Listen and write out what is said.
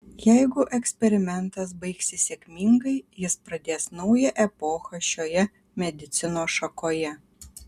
jeigu eksperimentas baigsis sėkmingai jis pradės naują epochą šioje medicinos šakoje